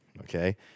Okay